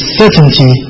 certainty